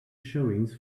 showings